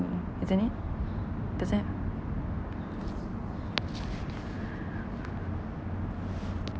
isn't it doesn't have